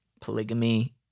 polygamy